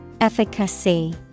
Efficacy